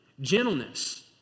gentleness